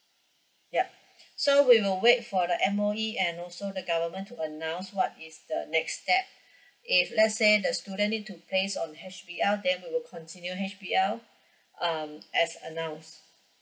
yup so we will wait for the M_O_E and also the government to announce what is the next step if let's say the student need to place on H_P_L then we will continue H_P_L um as announced